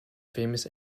famous